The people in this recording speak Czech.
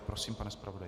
Prosím, pane zpravodaji.